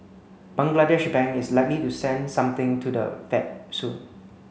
Bangladesh Bank is likely to send something to the Fed soon